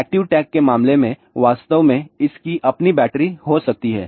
active tag के मामले में वास्तव में इसकी अपनी बैटरी हो सकती है